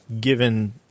given